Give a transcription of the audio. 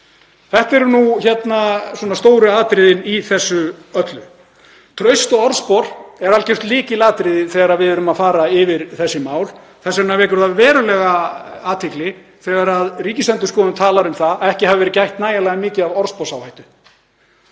Þetta eru stóru atriðin í þessu öllu. Traust og orðspor eru algjör lykilatriði þegar við erum að fara yfir þessi mál. Þess vegna vekur það verulega athygli þegar Ríkisendurskoðun talar um að ekki hafi verið gætt nægjanlega mikið að orðsporsáhættu.